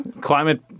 climate